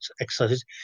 exercises